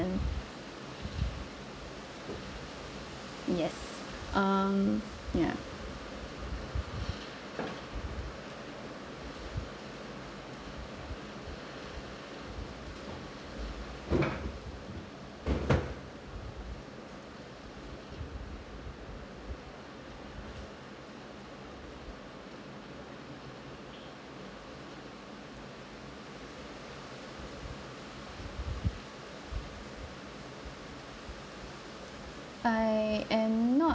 yes um ya I am not